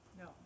No